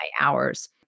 hours